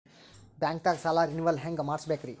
ಬ್ಯಾಂಕ್ದಾಗ ಸಾಲ ರೇನೆವಲ್ ಹೆಂಗ್ ಮಾಡ್ಸಬೇಕರಿ?